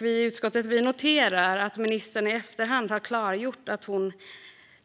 Vi i utskottet noterar att ministern i efterhand har klargjort att hon